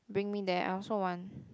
bring me there I also want